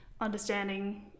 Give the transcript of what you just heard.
understanding